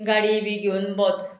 गाडी बी घेवन भोंवता